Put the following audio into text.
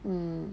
mm